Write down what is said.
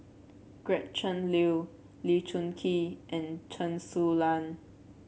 Gretchen Liu Lee Choon Kee and Chen Su Lan